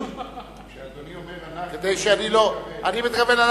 כשאדוני אומר "אנחנו", למי הוא מתכוון?